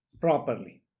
properly